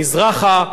מזרחה,